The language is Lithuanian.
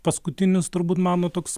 paskutinis turbūt mano toks